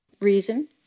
reason